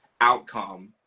outcome